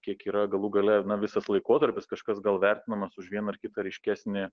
kiek yra galų gale visas laikotarpis kažkas gal vertinamas už vieną ar kitą ryškesnį